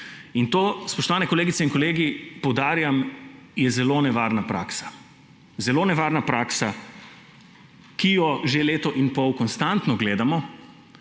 In to, spoštovane kolegice in kolegi, poudarjam, je zelo nevarna praksa. Zelo nevarna praksa, ki jo že leto in pol konstantno gledamo,